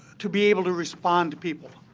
to be able to respond to people.